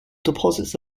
deposits